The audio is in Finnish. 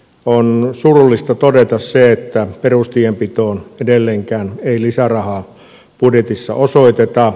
on surullista todeta että perustienpitoon edelleenkään ei lisärahaa budjetissa osoiteta